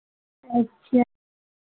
अच्छा